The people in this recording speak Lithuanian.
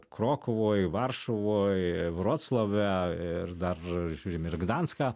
krokuvoj varšuvoj vroclave ir dar žiūrim ir į gdanską